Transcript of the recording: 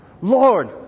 Lord